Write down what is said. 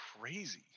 crazy